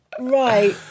Right